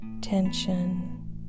tension